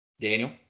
Daniel